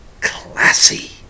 Classy